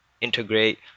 integrate